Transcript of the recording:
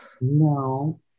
No